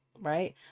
right